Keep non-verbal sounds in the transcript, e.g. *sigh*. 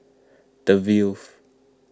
the *unintelligible*